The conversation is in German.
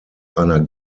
einer